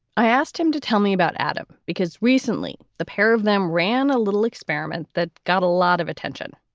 i asked him to tell me about adam because recently the pair of them ran a little experiment that got a lot of attention.